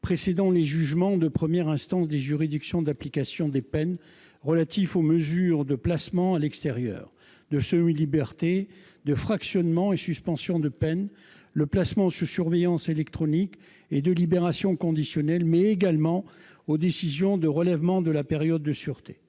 précédant les jugements de première instance des juridictions d'application des peines relatifs aux mesures de placement à l'extérieur, de semi-liberté, de fractionnement et de suspension de peines, de placement sous surveillance électronique et de libération conditionnelle, mais également aux décisions de relèvement de la période de sûreté.